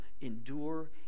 endure